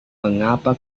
mengapa